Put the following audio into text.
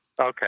Okay